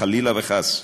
חלילה וחס.